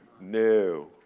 No